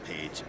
page